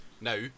now